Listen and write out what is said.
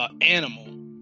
animal